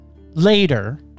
later